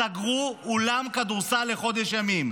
סגרו אולם כדורסל לחודש ימים.